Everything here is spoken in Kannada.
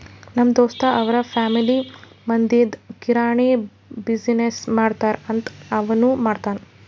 ನಮ್ ದೋಸ್ತ್ ಅವ್ರ ಫ್ಯಾಮಿಲಿ ಮದ್ಲಿಂದ್ ಕಿರಾಣಿ ಬಿಸಿನ್ನೆಸ್ ಮಾಡ್ತಾರ್ ಅಂತ್ ಅವನೂ ಮಾಡ್ತಾನ್